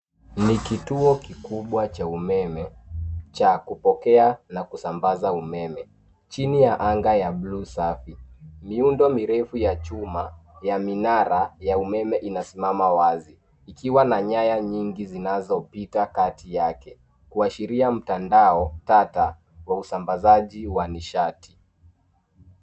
Ni kituo kikubwa cha umeme cha kupokea na kusambaza umeme chini ya anga ya blue safi. Miundo mirefu ya chuma ya minara ya umeme inasimama wazi ikiwa na nyaya nyingi zinazopita kati yake kuashiria mtandao tata kwa usambazaji wa nishati.